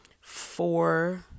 four